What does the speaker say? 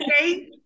Okay